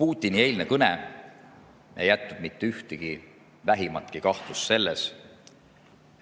Putini eilne kõne ei jätnud mitte vähimatki kahtlust selles,